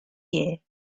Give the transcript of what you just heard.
year